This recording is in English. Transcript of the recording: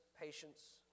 patience